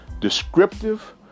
descriptive